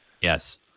Yes